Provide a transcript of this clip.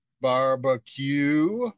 Barbecue